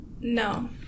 No